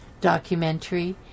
documentary